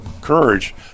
courage